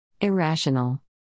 Irrational